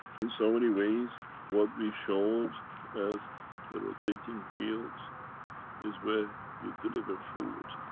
in so many ways what we showed as the rotating fields is where you deliver food,